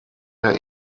der